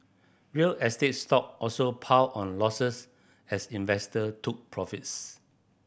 real estate stock also piled on losses as investor took profits